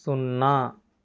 సున్నా